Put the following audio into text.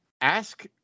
Ask